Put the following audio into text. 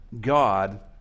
God